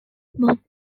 both